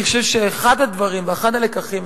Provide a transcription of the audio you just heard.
אני חושב שאחד הדברים ואחד הלקחים,